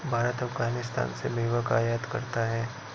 भारत अफगानिस्तान से मेवा का आयात करता है